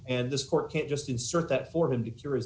and this court can't just insert that for him to cure is